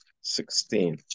sixteen